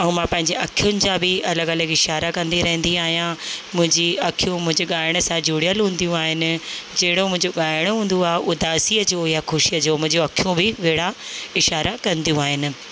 मां पंहिंजी अखियुनि सां बि अलॻि अलॻि इशारा कंदी आहियां मुंहिंजी अखियूं मुंहिंजे ॻाइण सां जुड़ियलु हूंदियूं आहिनि जहिड़ो मुंहिंजो ॻाइणो हूंदो आहे उदासीअ जो या ख़ुशीअ जो मुंहिंजूं अखियूं बि अहिड़ा इशारा कंदियूं आहिनि